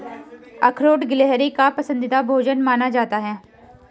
अखरोट गिलहरी का पसंदीदा भोजन माना जाता है